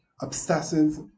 obsessive